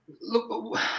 Look